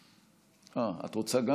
אה, גם את רוצה?